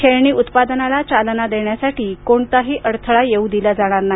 खेळणी उत्पादनाला चालना देण्यासाठी कोणताही अडथळा येऊ दिला जाणार नाही